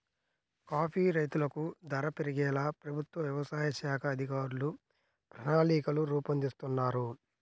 coffee రైతులకు ధర పెరిగేలా ప్రభుత్వ వ్యవసాయ శాఖ అధికారులు ప్రణాళికలు రూపొందిస్తున్నారు